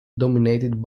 dominated